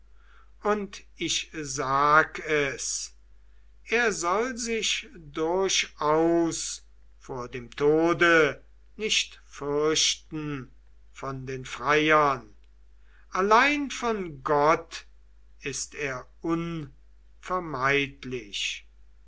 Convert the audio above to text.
und ich sag es er soll sich durchaus vor dem tode nicht fürchten von den freiern allein von gott ist er